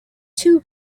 two